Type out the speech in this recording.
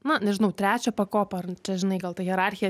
na nežinau trečią pakopą ar čia žinai gal ta hierarchija